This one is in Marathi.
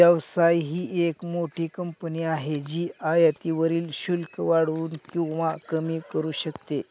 व्यवसाय ही एक मोठी कंपनी आहे जी आयातीवरील शुल्क वाढवू किंवा कमी करू शकते